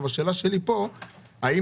האם